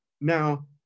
Now